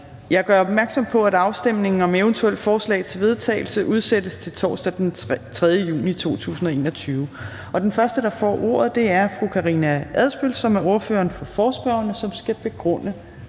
Jeg gør opmærksom på, at afstemning om eventuelle forslag til vedtagelse udsættes til torsdag den 3. juni 2021. Den første, der får ordet, er hr. Jakob Sølvhøj, som er ordfører for forespørgerne, for en begrundelse